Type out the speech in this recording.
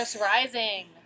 rising